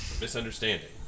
Misunderstanding